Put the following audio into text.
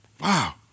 Wow